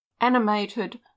animated